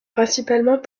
principalement